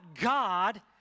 God